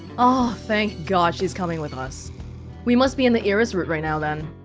oh, thank god she's coming with us we must be in the iris route right now, then